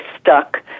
stuck